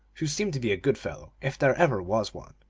who seemed to be a good fellow, if there ever was one.